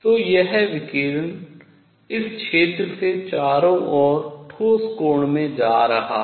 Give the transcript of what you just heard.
तो यह विकिरण इस क्षेत्र से चारों ओर ठोस कोण में जा रहा है